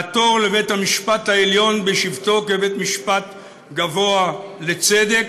לעתור לבית-המשפט העליון בשבתו כבית-המשפט הגבוה לצדק,